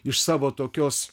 iš savo tokios